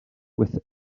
with